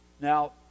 Now